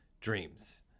DREAMS